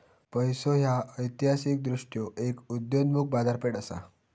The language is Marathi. पैसो ह्या ऐतिहासिकदृष्ट्यो एक उदयोन्मुख बाजारपेठ असा